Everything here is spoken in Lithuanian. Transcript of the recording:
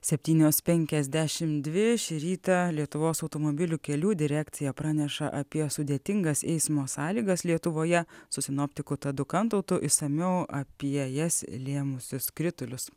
septynios penkiasdešimt dvi šį rytą lietuvos automobilių kelių direkcija praneša apie sudėtingas eismo sąlygas lietuvoje su sinoptiku tadu kantautu išsamiau apie jas lėmusius kritulius